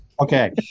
okay